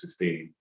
15